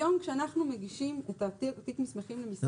היום כשאנחנו מגישים תיק מסמכים למשרד